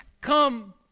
come